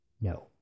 no